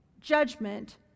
judgment